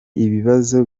ibibazo